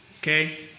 okay